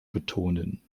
betonen